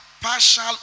partial